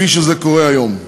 כפי שזה קורה היום.